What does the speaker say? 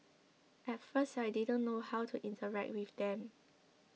at first I didn't know how to interact with them